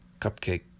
cupcake